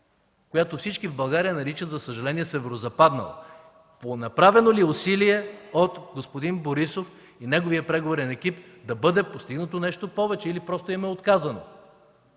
която всички в България наричат, за съжаление – Северозападнала. Направено ли е усилие от господин Борисов и неговия преговорен екип да бъде постигнато нещо повече или просто им е отказано,